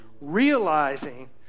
realizing